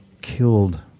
killed